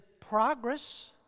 progress